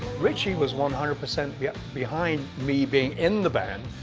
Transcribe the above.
ritchie was one hundred percent yeah behind me being in the band,